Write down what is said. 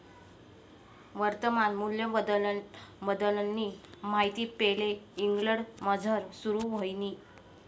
वर्तमान मूल्यबद्दलनी माहिती पैले इंग्लंडमझार सुरू व्हयनी